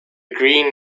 green